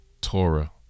torah